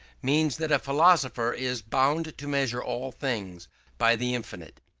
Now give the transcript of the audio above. means that a philosopher is bound to measure all things by the infinite.